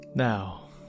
Now